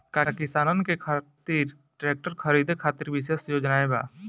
का किसानन के खातिर ट्रैक्टर खरीदे खातिर विशेष योजनाएं बा?